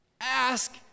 ask